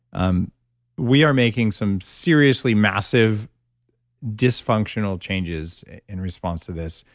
um we are making some seriously massive dysfunctional changes in response to this,